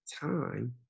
time